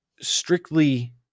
strictly